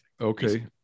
Okay